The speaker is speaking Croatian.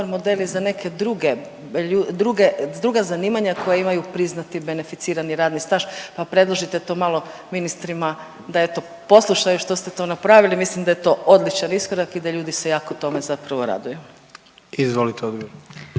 model i za neke druge, druga zanimanja koja imaju priznati beneficirani radni staž pa predložite to malo ministrima da eto poslušaju što ste to napravili, mislim da je to odličan iskorak i da ljudi se jako tome zapravo raduju. **Jandroković,